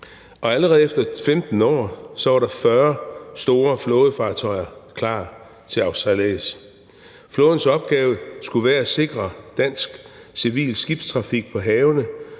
Og allerede efter 15 år var der 40 store flådefartøjer klar til sejlads. Flådens opgave skulle være at sikre dansk civil skibstrafik på havene,